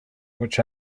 which